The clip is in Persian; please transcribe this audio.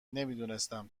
نمیدونستم